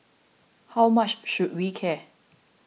how much should we care